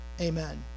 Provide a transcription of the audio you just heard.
Amen